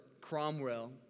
Cromwell